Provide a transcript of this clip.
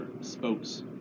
spokes